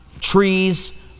trees